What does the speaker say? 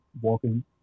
walking